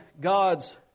God's